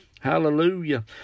Hallelujah